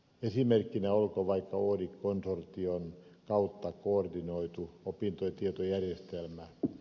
esimerkkinä olkoon vaikka oodi konsortion kautta koordinoitu opintotietojärjestelmä